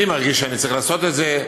אני מרגיש שאני צריך לעשות את זה,